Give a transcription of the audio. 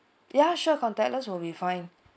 ya sure contactless will be fin